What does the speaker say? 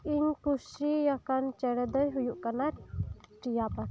ᱤᱧ ᱠᱩᱥᱤᱭᱟᱠᱟᱱ ᱪᱮᱬᱮ ᱫᱚᱭ ᱦᱩᱭᱩᱜ ᱠᱟᱱᱟ ᱢᱤᱨᱩ ᱪᱮᱬᱮ